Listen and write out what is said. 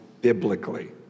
biblically